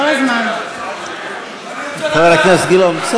סוחר הנשק שמממן את הקמפיין שלך?